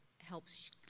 helps